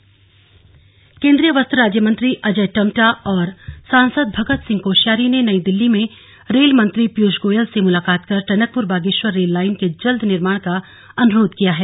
slug Tamta Koshyari केन्द्रीय वस्त्र राज्यमंत्री अजय टम्टा और सांसद भगत सिंह कोश्यारी ने नई दिल्ली में रेल मंत्री पीयूष गोयल से मुलाकात कर टनकपुर बागेश्वर रेल लाइन के जल्द निर्माण का अनुरोध किया है